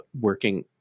working